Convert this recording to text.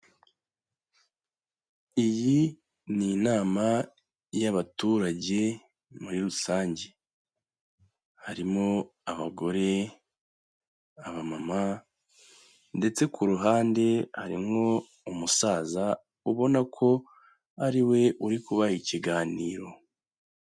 Iyi ni inama y'abaturage muri rusange, harimo abagore, abamama ndetse ku ruhande harimwo umusaza ubona ko ariwe uri kubaha ikiganiro.